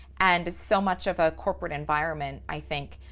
and so much of a corporate environment, i think,